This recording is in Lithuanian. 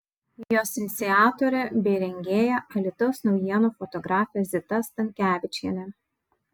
jos iniciatorė bei rengėja alytaus naujienų fotografė zita stankevičienė